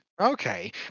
Okay